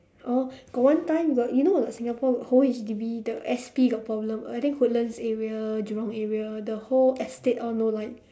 orh got one time got you know or not singapore whole H_D_B the S_P got problem I think woodlands area jurong area the whole estate all no light